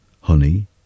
Honey